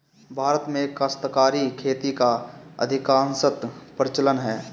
भारत में काश्तकारी खेती का अधिकांशतः प्रचलन है